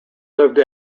lived